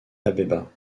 abeba